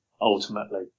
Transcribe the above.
ultimately